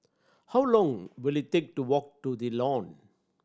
how long will it take to walk to The Lawn